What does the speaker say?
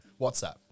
WhatsApp